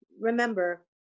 Remember